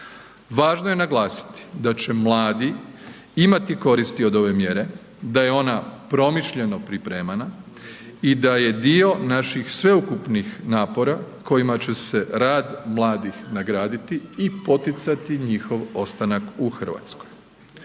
Važno je naglasiti da će mladi imati koristi od ove mjere, da je ona promišljeno pripremana i da je dio naših sveukupnih napora kojima će se rad mladih nagraditi i poticati njihov ostanak u Hrvatskoj.